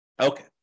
Okay